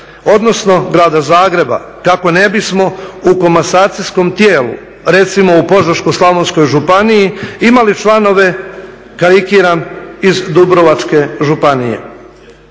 odnosno grada Zagreba kako ne bismo u komasacijskom tijelu, recimo u Požeško-slavonskoj županiji, imali članove, karikiram, iz Dubrovačke županije.